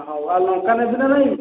ହଉ ଆଉ ଲଙ୍କା ନେବି ନା ନାହିଁ